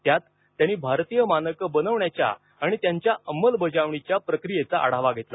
त्या प्रसंगी त्यांनी भारतीय मानकं बनवण्याच्या आणि त्यांच्या अंमलबजावणीच्या प्रक्रियेचा आढावा घेतला